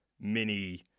mini